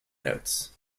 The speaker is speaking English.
notes